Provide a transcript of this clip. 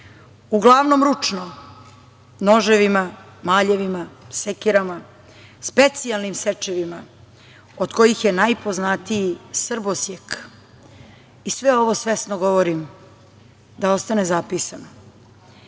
Uglavnom ručno, noževima, maljevima, sekirama, specijalnim sečivima od kojih je najpoznatiji "srbosjek". Sve ovo svesno govorim, da ostane zapisano.